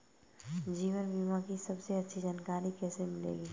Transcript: जीवन बीमा की सबसे अच्छी जानकारी कैसे मिलेगी?